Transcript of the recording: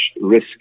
risk